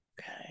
Okay